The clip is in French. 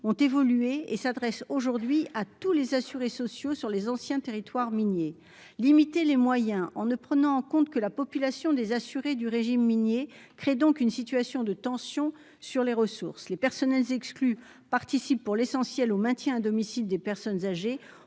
ont évolué et s'adresse aujourd'hui à tous les assurés sociaux, sur les anciens territoires miniers limiter les moyens en ne prenant en compte que la population des assurés du régime minier crée donc une situation de tension sur les ressources, les personnels participe, pour l'essentiel au maintien à domicile des personnes âgées,